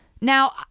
Now